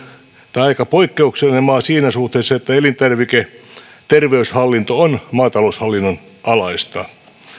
tai aika poikkeuksellinen maa siinä suhteessa että elintarviketerveyshallinto on maataloushallinnon alainen